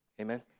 amen